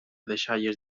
deixalles